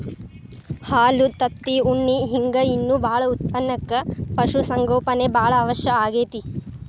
ಹಾಲು ತತ್ತಿ ಉಣ್ಣಿ ಹಿಂಗ್ ಇನ್ನೂ ಬಾಳ ಉತ್ಪನಕ್ಕ ಪಶು ಸಂಗೋಪನೆ ಬಾಳ ಅವಶ್ಯ ಆಗೇತಿ